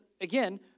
again